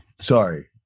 sorry